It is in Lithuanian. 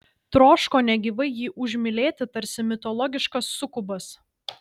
troško negyvai jį užmylėti tarsi mitologiškas sukubas